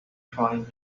trying